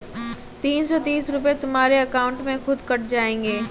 तीन सौ तीस रूपए तुम्हारे अकाउंट से खुद कट जाएंगे